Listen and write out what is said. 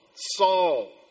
Saul